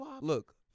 Look